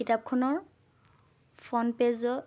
কিতাপখনৰ ফ্ৰণ্ট পেজৰ